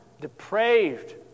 depraved